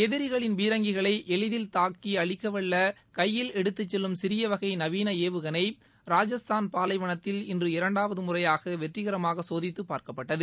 எதிரிகளின் பீரங்கிகளை எளிதில் தாக்கி அழிக்கவல்ல கையில் எடுத்துச் செல்லும் சிறிய வகை நவீன ஏவுகணை ராஜஸ்தான் பாலைவனத்தில் இன்று இரண்டாவது முறையாக வெற்றிகரமாக சோதித்து பாார்க்கப்பட்டது